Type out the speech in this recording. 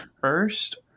first